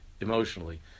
emotionally